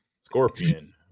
Scorpion